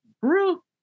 bro